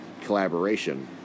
Collaboration